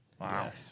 Wow